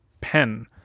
pen